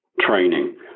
training